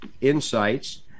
insights